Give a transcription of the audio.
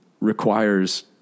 requires